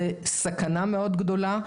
זו סכנה מאוד גדולה.